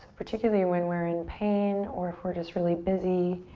particularly when we're in pain or if we're just really busy,